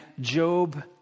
Job